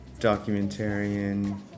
documentarian